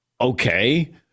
Okay